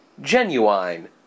Genuine